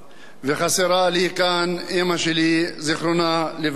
וחסרה לי כאן אמא שלי, זיכרונה לברכה,